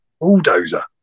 bulldozer